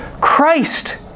Christ